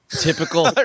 Typical